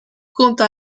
junto